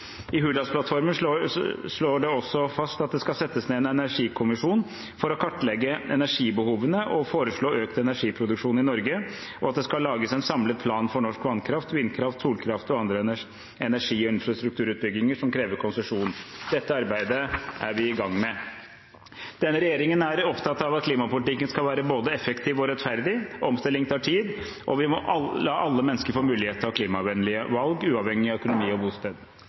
I Hurdalsplattformen slås det også fast at det skal settes ned en energikommisjon for å kartlegge energibehovene og foreslå økt energiproduksjon i Norge, og at det skal lages en samlet plan for norsk vannkraft, vindkraft, solkraft og andre energi- og infrastrukturutbygginger som krever konsesjon. Dette arbeidet er vi i gang med. Denne regjeringen er opptatt av at klimapolitikken skal være både effektiv og rettferdig. Omstilling tar tid, og vi må la alle mennesker få mulighet til å ta klimavennlige valg, uavhengig av økonomi og bosted.